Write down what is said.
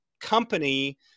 company